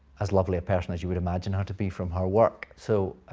as lovely a person as you would imagine her to be from her work. so,